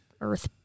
earth